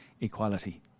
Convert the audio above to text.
equality